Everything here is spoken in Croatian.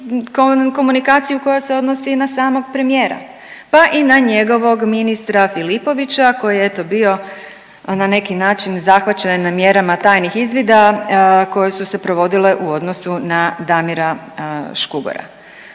i komunikaciju koja se odnosi na samog premijera pa i na njegovog ministra Filipovića koji je eto bio na neki način zahvaćen mjerama tajnih izvida koje su se provodile u odnosu na Damira Škugora?